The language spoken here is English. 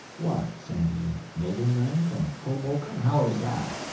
what, sandy, a nobleman from hoboken? how is that?